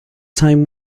time